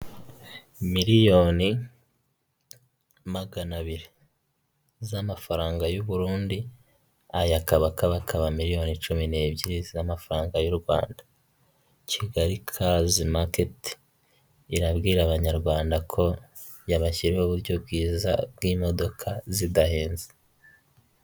Ibicupa binini, amaji ndetse n'ibindi bicuruzwa bigezweho usanga bihenze cyane mu masoko acuruza ibiribwa mu mujyi wa Kigali abantu benshi babigana barinubira igiciro kiri hejuru.